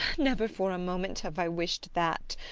never for a moment have i wished that!